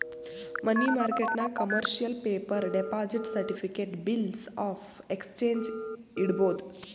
ಮನಿ ಮಾರ್ಕೆಟ್ನಾಗ್ commercial paper, deposit certificate, bills of exchange ಇಡ್ಬೋದ್